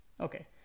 Okay